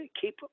keep